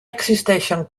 existixen